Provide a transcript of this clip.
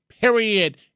Period